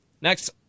Next